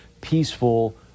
peaceful